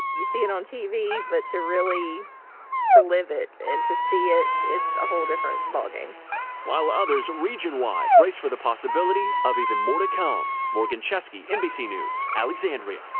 you see it on tv, but to really to live it and to see it, it's a whole different ball game. reporter while others region wide brace for the possibility of even more to come. morgan chesky, nbc news, alexandria.